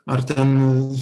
ar ten